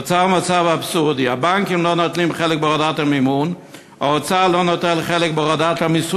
נוצר מצב אבסורדי: הבנקים לא נוטלים חלק בהורדת המימון,